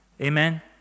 Amen